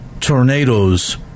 tornadoes